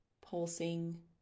pulsing